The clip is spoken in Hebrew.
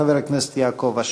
חבר הכנסת יעקב אשר.